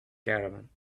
caravan